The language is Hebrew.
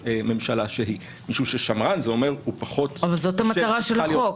ממשלה שהיא משום ששמרן זה אומר שהוא פחות --- אבל זאת המטרה של החוק.